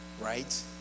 right